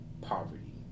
Poverty